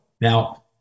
Now